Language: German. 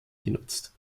genutzt